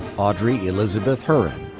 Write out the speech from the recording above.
audrey elizabeth hurren.